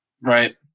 Right